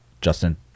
Justin